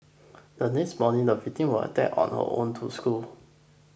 the next morning the victim was attacked on her own to school